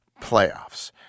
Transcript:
playoffs